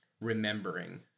remembering